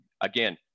again